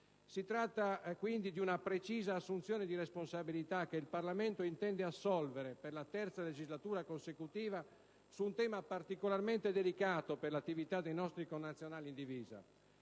Si tratta, dunque, di una precisa assunzione di responsabilità che il Parlamento intende assolvere per la terza legislatura consecutiva, su un tema particolarmente delicato per l'attività dei nostri connazionali in divisa.